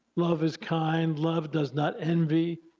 love is kind, love does not envy,